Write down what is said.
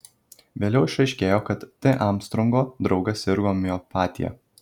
vėliau išaiškėjo kad t armstrongo draugas sirgo miopatija